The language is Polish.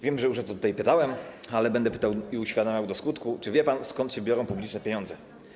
Wiem, że już o to pytałem, ale będę pytał i uświadamiał do skutku: Czy wie pan, skąd się biorą publiczne pieniądze?